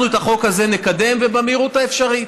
אנחנו, את החוק הזה נקדם, ובמהירות האפשרית.